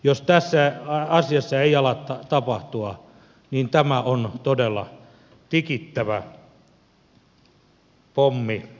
jos tässä asiassa ei ala tapahtua niin tämä on todella tikittävä pommi yhteiskunnassamme